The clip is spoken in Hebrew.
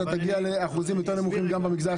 תגיע לאחוזים יותר נמוכים גם במגזר החרדי.